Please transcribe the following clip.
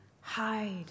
hide